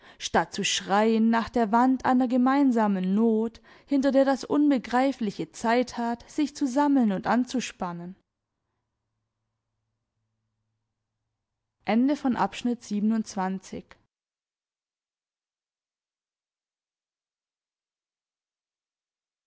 statt zu schreien nach der wand einer gemeinsamen not hinter der das unbegreifliche zeit hat sich zu sammeln und anzuspannen